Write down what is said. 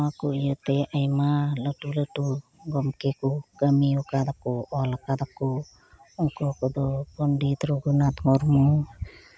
ᱱᱚᱶᱟ ᱠᱚ ᱤᱭᱟᱹᱛᱮ ᱟᱭᱢᱟ ᱞᱟᱹᱴᱩ ᱞᱟᱹᱴᱩ ᱜᱚᱢᱠᱮ ᱠᱚ ᱠᱟᱹᱢᱤ ᱟᱠᱟᱫᱟᱠᱚ ᱚᱞ ᱠᱟᱫᱟ ᱠᱚ ᱩᱱᱠᱩ ᱠᱚᱫᱚ ᱯᱚᱱᱰᱤᱛ ᱨᱚᱜᱷᱩᱱᱟᱛᱷ ᱢᱩᱨᱢᱩ